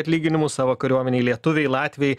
atlyginimus savo kariuomenei lietuviai latviai